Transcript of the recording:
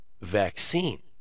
vaccine